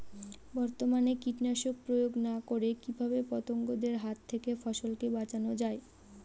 বর্তমানে কীটনাশক প্রয়োগ না করে কিভাবে পতঙ্গদের হাত থেকে ফসলকে বাঁচানো যায়?